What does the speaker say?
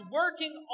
working